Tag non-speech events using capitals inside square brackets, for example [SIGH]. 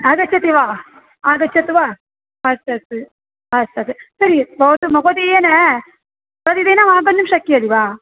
आगच्छति वा आगच्छतु वा अस्तु अस्तु अस्तु अस्तु तर्हि भवतु महोदयेन [UNINTELLIGIBLE] आगन्तुं शक्यं वा